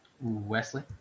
Wesley